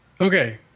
Okay